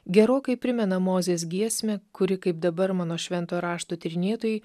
gerokai primena mozės giesmę kuri kaip dabar mano šventojo rašto tyrinėtojai